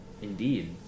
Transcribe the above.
indeed